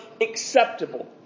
acceptable